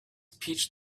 peach